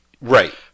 right